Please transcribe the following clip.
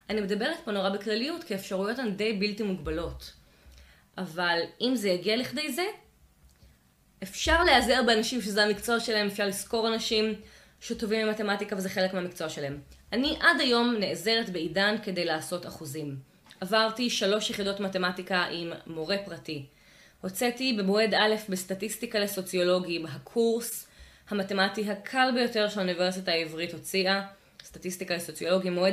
אני מדברת פה נורא בכלליות, כי האפשרויות הן די בלתי מוגבלות. אבל אם זה יגיע לכדי זה, אפשר להיעזר באנשים שזה המקצוע שלהם, אפשר לשכור אנשים שטובים במתמטיקה וזה חלק מהמקצוע שלהם. אני עד היום נעזרת בעידן כדי לעשות אחוזים. עברתי שלוש יחידות מתמטיקה עם מורה פרטי. הוצאתי במועד א', בסטטיסטיקה לסוציולוגים, הקורס המתימטי הקל ביותר שהאוניברסיטה העברית הוציאה, סטטיסטיקה לסוציולוגים, מועד..